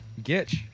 Gitch